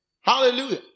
Hallelujah